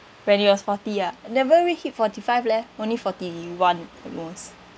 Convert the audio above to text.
when it was forty ah never really hit forty-five leh only forty-one at most